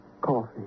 coffee